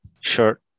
Sure